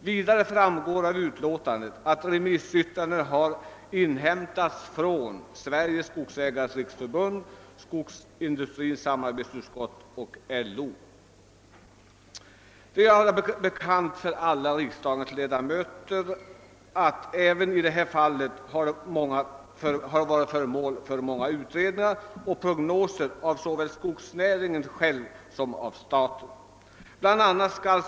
Vidare framgår av utlåtandet att remissyttranden har inhämtats från Sveriges Skogsägareföreningars riksförbund, Skogsindustriernas samarbetsutskott och LO. Som riksdagens ledamöter känner till har skogsnäringen varit föremål för många utredningar och prognoser inom såväl skogsnäringen själv som från statligt håll.